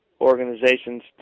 organizations